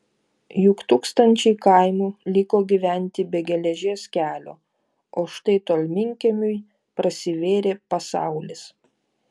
juk tūkstančiai kaimų liko gyventi be geležies kelio o štai tolminkiemiui prasivėrė pasaulis